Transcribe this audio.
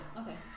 okay